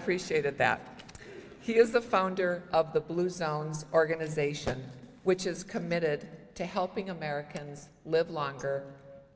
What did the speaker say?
appreciate that that he is the founder of the blue sounds organization which is committed to helping americans live longer